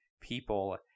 people